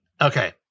Okay